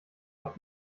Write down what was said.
doch